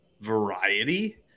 variety